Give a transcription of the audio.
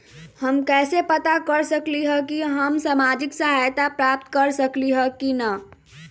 हम कैसे पता कर सकली ह की हम सामाजिक सहायता प्राप्त कर सकली ह की न?